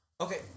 okay